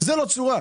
זאת לא צורה.